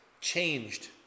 changed